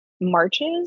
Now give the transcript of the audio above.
marches